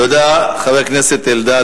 תודה, חבר הכנסת אלדד.